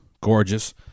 gorgeous